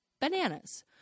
bananas